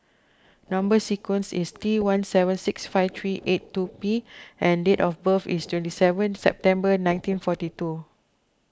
Number Sequence is T one seven six five three eight two P and date of birth is twenty seven September nineteen forty two